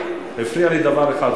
הפריע לי דבר אחד,